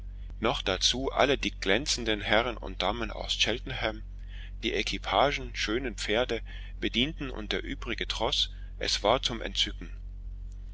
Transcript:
noch dazu alle die glänzenden herren und damen aus cheltenham die equipagen schönen pferde bedienten und der übrige troß es war zum entzücken